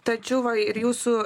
tačiau va ir jūsų